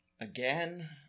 Again